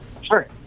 Sure